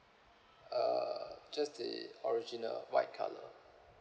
uh just the original white colour